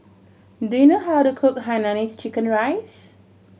do you know how to cook hainanese chicken rice